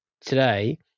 today